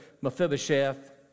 Mephibosheth